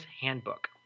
Handbook